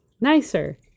nicer